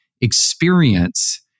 experience